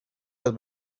las